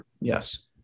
Yes